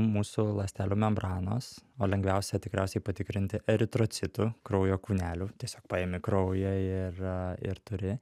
mūsų ląstelių membranos o lengviausia tikriausiai patikrinti eritrocitų kraujo kūnelių tiesiog paimi kraują ir ir turi